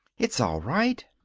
it's all right.